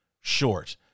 short